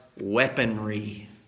weaponry